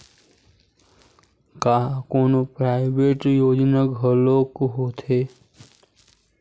का कोनो प्राइवेट योजना घलोक होथे?